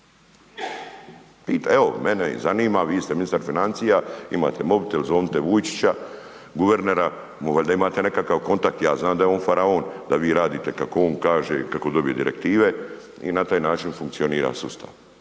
Evo, mene zanima, vi ste ministar financija, imate mobitel, zovnite Vujčića, guvernera, valjda imate nekakav kontakt, ja znam da je on faraon, da vi radite kako on kaže i kako dobije direktive i na taj način funkcionira sustav.